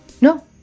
No